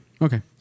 Okay